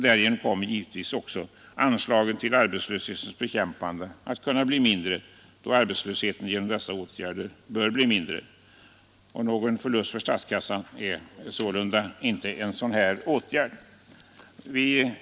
Givetvis kommer också anslagen till arbetslöshetens bekämpande att kunna bli mindre då arbetslösheten genom dessa åtgärder blir lägre. Någon förlust för statskassan kan därför icke en sådan åtgärd medföra.